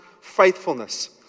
Faithfulness